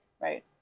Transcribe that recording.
Right